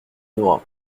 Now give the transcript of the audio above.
nohain